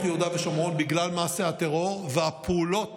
יהודה ושומרון בגלל מעשי הטרור והפעולות